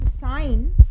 Sign